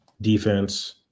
defense